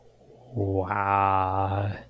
Wow